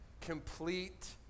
Complete